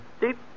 Deep